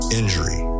injury